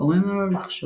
גורמים לו לחשוב